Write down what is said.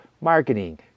marketing